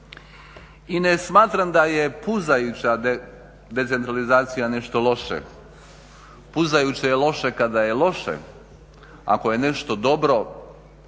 i ne smatram da je puzajuća decentralizacija nešto loše. Puzajuće je loše kada je loše, ako je nešto dobro,